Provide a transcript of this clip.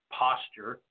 posture